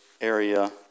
area